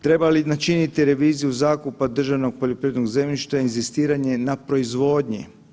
Treba li načiniti reviziju zakupa državnog poljoprivrednog zemljišta, inzistiranje je na proizvodnji?